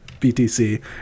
BTC